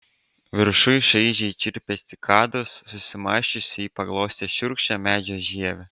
viršuj šaižiai čirpė cikados susimąsčiusi ji paglostė šiurkščią medžio žievę